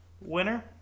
winner